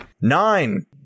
Nine